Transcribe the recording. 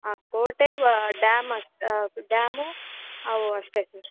ಆ ಕೋಟೆ ವಾ ಡ್ಯಾಮ್ ಅಷ್ಟು ಡ್ಯಾಮು ಅವು ಅಷ್ಟೆ ಸರ್